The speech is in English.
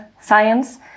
science